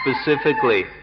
specifically